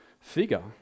figure